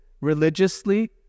religiously